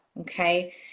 okay